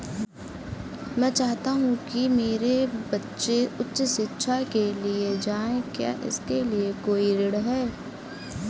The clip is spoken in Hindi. मैं चाहता हूँ कि मेरे बच्चे उच्च शिक्षा के लिए जाएं क्या इसके लिए कोई ऋण है?